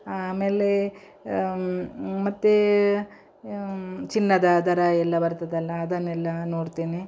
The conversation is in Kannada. ಆಮೇಲೆ ಮತ್ತು ಚಿನ್ನದ ದರ ಎಲ್ಲ ಬರ್ತದಲ್ಲ ಅದನ್ನೆಲ್ಲ ನೋಡ್ತೇನೆ